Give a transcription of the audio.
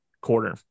quarter